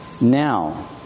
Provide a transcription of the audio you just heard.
now